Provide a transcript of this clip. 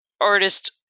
artist